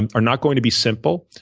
and are not going to be simple.